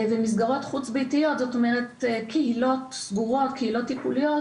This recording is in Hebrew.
ומסגרות חוץ ביתיות, כלומר קהילות טיפוליות